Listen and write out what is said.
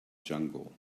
jungle